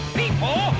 people